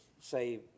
say